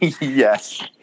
Yes